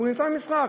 הוא נמצא במשחק.